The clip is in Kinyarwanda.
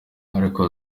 ariko